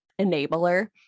enabler